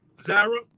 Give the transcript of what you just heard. Zara